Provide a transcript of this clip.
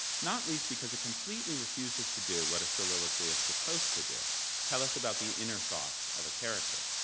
not least because it completely refuses to do what a soliloquy is supposed to do tell us about the inner thoughts of a character.